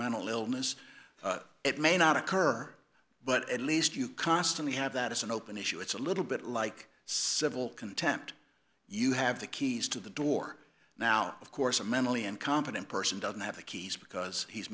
mental illness it may not occur but at least you constantly have that as an open issue it's a little bit like civil contempt you have the keys to the door now of course a mentally incompetent person doesn't have the keys because he's